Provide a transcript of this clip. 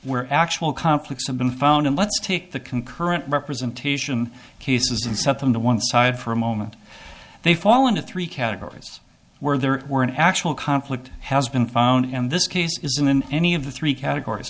where actual complex have been found and let's take the concurrent representation cases and suck them to one side for a moment they fall into three categories where there were an actual conflict has been found and this case isn't in any of the three categories